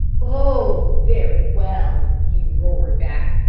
oh, very well, he roared back,